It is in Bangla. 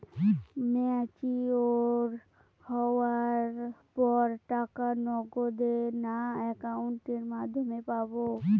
ম্যচিওর হওয়ার পর টাকা নগদে না অ্যাকাউন্টের মাধ্যমে পাবো?